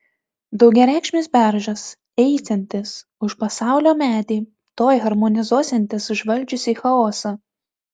daugiareikšmis beržas eisiantis už pasaulio medį tuoj harmonizuosiantis užvaldžiusį chaosą